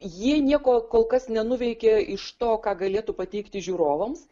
jie nieko kol kas nenuveikė iš to ką galėtų pateikti žiūrovams